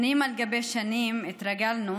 שנים על גבי שנים התרגלנו,